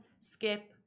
skip